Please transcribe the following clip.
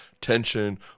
tension